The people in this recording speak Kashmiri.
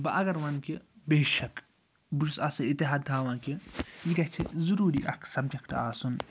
بہٕ اگر وَنہٕ کہِ بے شَک بہٕ چھُس اتھ سۭتۍ اِتِحاد تھاوان کہِ یہِ گَژھِ ضوٚروٗری اکھ سَبجَکٹ آسُن